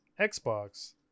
Xbox